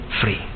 free